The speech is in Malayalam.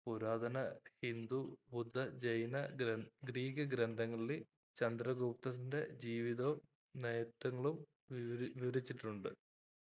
പുരാതന ഹിന്ദു ബുദ്ധ ജൈന ഗ്രീക്ക് ഗ്രന്ഥങ്ങളില് ചന്ദ്രഗുപ്തൻ്റെ ജീവിതവും നേട്ടങ്ങളും വിവരിച്ചിട്ടുണ്ട്